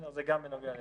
זה גם בנוגע לזה.